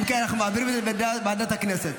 אם כן, אנחנו מעבירים את זה לוועדת הכנסת